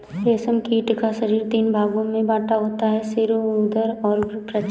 रेशम कीट का शरीर तीन भागों में बटा होता है सिर, उदर और वक्ष